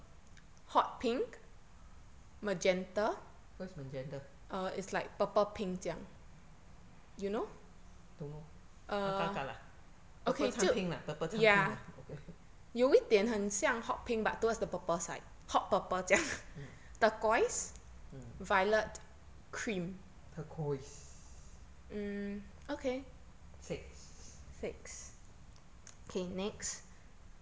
what's magenta don't know 大概大概啦 purple 掺 pink lah purple 掺 pink lah okay okay mm mm turquoise six